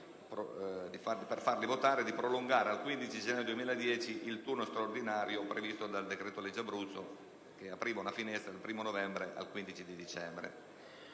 per farli votare, di prolungare al 15 gennaio 2010 il turno straordinario previsto dal decreto-legge Abruzzo, che apriva una finestra dal 1° novembre al 15 dicembre.